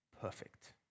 Perfect